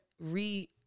re